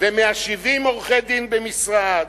ו-170 עורכי-דין במשרד?